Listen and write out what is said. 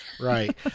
right